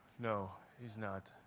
no, he's not.